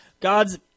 God's